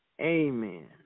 amen